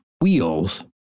wheels